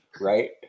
Right